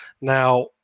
Now